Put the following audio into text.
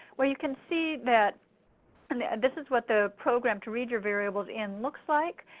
where you can see that this is what the program to read your variables in looks like.